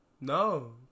No